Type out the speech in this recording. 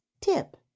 Tip